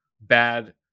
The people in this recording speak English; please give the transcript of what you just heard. bad